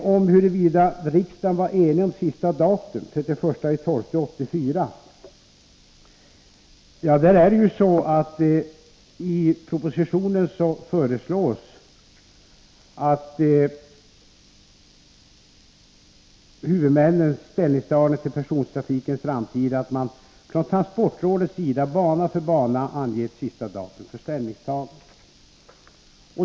Frågan huruvida riksdagen var enig om sista datum, den 31 december 1984, vill jag säga följande. När det gäller huvudmännens ställningstagande till persontrafikens framtid föreslogs i propositionen att man från transport rådets sida bana för bana anger ett sista datum för ställningstagande.